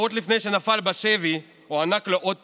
שבועות לפני שנפל בשבי הוענק לו אות